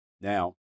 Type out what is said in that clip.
Now